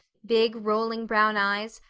big, rolling brown eyes,